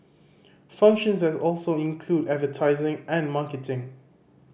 functions that also include advertising and marketing